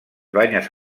banyes